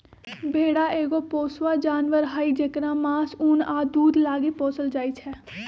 भेड़ा एगो पोसुआ जानवर हई जेकरा मास, उन आ दूध लागी पोसल जाइ छै